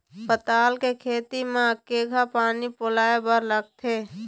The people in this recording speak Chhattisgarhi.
पताल के खेती म केघा पानी पलोए बर लागथे?